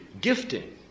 gifting